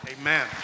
Amen